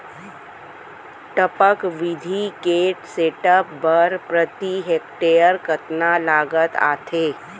टपक विधि के सेटअप बर प्रति हेक्टेयर कतना लागत आथे?